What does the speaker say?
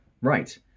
right